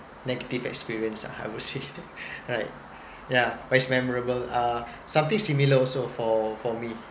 negative experience ah I would say right ya but it's memorable uh something similar also for for me